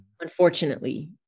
unfortunately